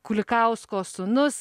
kulikausko sūnus